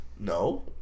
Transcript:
No